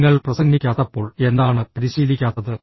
നിങ്ങൾ പ്രസംഗിക്കാത്തപ്പോൾ എന്താണ് പരിശീലിക്കാത്തത്